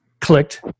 clicked